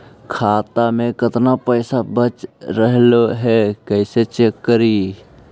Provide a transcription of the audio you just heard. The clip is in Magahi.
खाता में केतना पैसा बच रहले हे कैसे चेक करी?